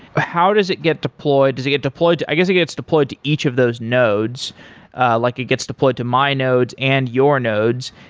how does it get deployed? does it get deployed? i guess it gets deployed to each of those nodes like it gets deployed to my nodes and your nodes.